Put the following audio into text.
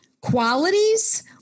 qualities